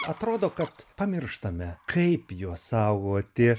atrodo kad pamirštame kaip juos saugoti